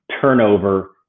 turnover